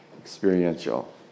experiential